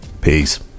Peace